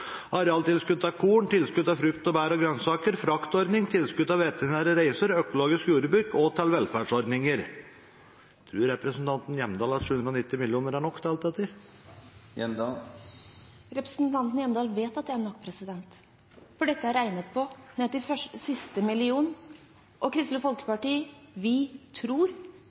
til korn, tilskuddet til frukt, bær og grønnsaker, fraktordningene, tilskuddet til veterinære reiser, til økologisk jordbruk og til velferdsordninger. Tror representanten Hjemdal at 790 mill. kr er nok til alt dette? Representanten Hjemdal vet at det er nok, for dette er regnet på ned til siste million. Vi i Kristelig Folkeparti tror, men når det gjelder landbrukspolitikk, vet vi.